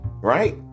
right